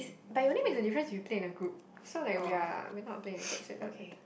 but it only makes a difference if you play in a group so like we are we are not playing in a group so it doesn't matter